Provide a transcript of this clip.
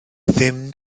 ddim